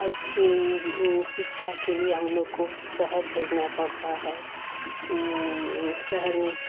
अच्छी शिक्षा के लिए हम लोग को शहर भेजना पड़ता है सहर में